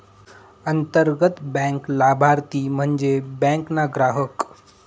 अंतर्गत बँक लाभारती म्हन्जे बँक ना ग्राहक